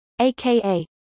aka